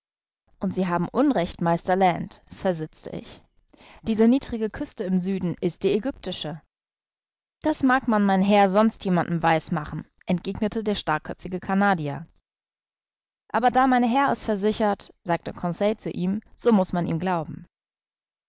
und sie haben unrecht meister land versetzte ich diese niedrige küste im süden ist die ägyptische das mag man mein herr sonst jemanden weiß machen entgegnete der starrköpfige canadier aber da mein herr es versichert sagte conseil zu ihm so muß man ihm glauben